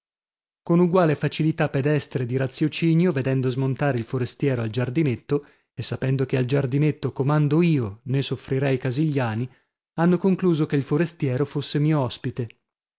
con uguale facilità pedestre di raziocinio vedendo smontare il forestiero al giardinetto e sapendo che al giardinetto comando io nè soffrirei casigliani hanno concluso che il forestiero fosse mio ospite